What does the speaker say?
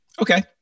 Okay